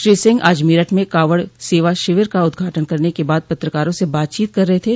श्री सिंह आज मेरठ में कांवड़ सेवा शिविर का उद्घाटन करने के बाद पत्रकारों से बातचीत कर रहे थे